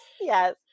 Yes